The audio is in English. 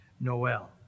Noel